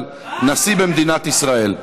על נשיא במדינת ישראל.